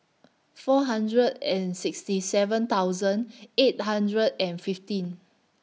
four hundred and sixty seven thousand eight hundred and fifteen